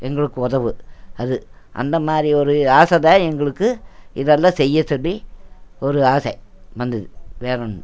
எங்களுக்கு உதவும் அது அந்தமாதிரி ஒரு ஆசை தான் எங்களுக்கு இதெல்லாம் செய்ய சொல்லி ஒரு ஆசை வந்தது வேறொன்னு